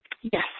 Yes